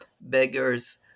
beggars